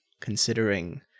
considering